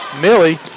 Millie